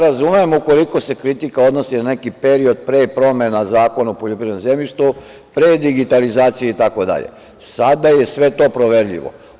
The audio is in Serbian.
Razumem ukoliko se kritika odnosi na neki period pre promene Zakona o poljoprivrednom zemljištu, pre digitalizcije itd. sada je sve to proverljivo.